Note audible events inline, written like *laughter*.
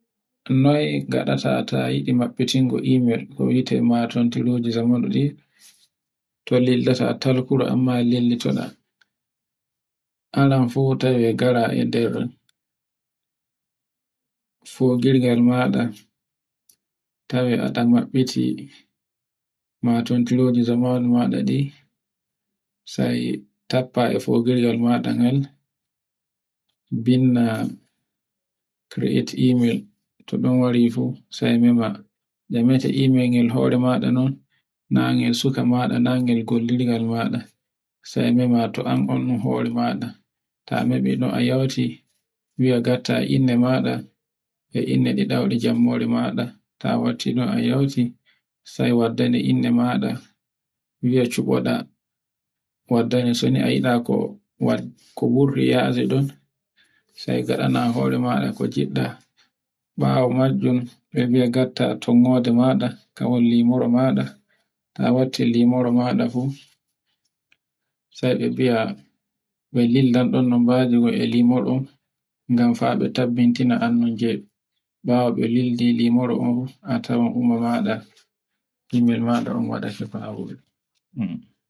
noy naɗata ta yiɗi mabbitingo email, to lillota amma tartirota, aran fu tawa e gara e nder fogirgrl maɗa. Tawe a da mabbiti matontr e zamalu maɗa ɗi sai tappe a fogitgirgel maɗa ngal binnda create email, so ɗu wari fu sai mema, gmemete email ngel hore maɗa non na ngel suka maɗa na ngel gollirgel maɗa sai mema to an on mo hore maɗa ta memino a yawti, wie ngatta inde maɗa e inde ɗiɗaire jammore maɗa, ta watti non a yauti, sai ngadda inde maɗa. ko wurti yasi sai ngaɗana horema ko ngiɗɗa bawo majjun, mbe biya ngatta tommode maɗa kwal limore maɗa, ta watti limore maɗa fu, sai be miya bilildan ma lambaji e ngam fa un tabbintina ann on jeyi ɗun. bawo be lildi limore un a tawai lomo maɗa *noise*